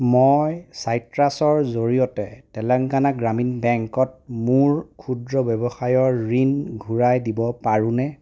মই চাইট্ৰাছৰ জৰিয়তে তেলেঙ্গানা গ্ৰামীণ বেংকত মোৰ ক্ষুদ্ৰ ৱ্যৱসায়ৰ ঋণ ঘূৰাই দিব পাৰোনে